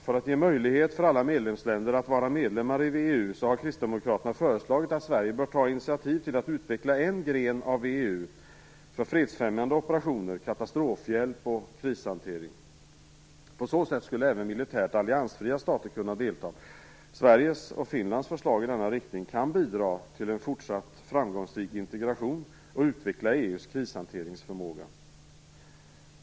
För att ge en möjlighet för alla medlemsländer att vara medlemmar i VEU har kristdemokraterna föreslagit att Sverige bör ta initiativ till att utveckla en gren av VEU för fredsfrämjande operationer, katastrofhjälp och krishantering. På så sätt skulle även militärt alliansfria stater kunna delta. Sveriges och Finlands förslag i denna riktning kan bidra till en fortsatt framgångsrik integration och utveckla EU:s krishanteringsförmåga.